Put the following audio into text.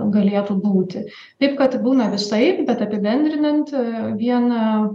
galėtų būti taip kad būna visaip bet apibendrinant viena